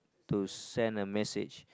to send a message